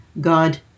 God